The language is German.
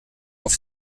auf